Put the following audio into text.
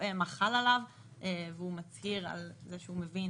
ורואה מה חל עליו והוא מצהיר על זה שהוא מבין